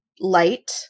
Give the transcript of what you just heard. light